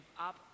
up